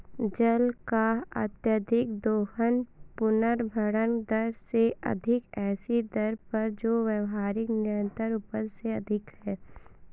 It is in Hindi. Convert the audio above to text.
जल का अत्यधिक दोहन पुनर्भरण दर से अधिक ऐसी दर पर जो व्यावहारिक निरंतर उपज से अधिक है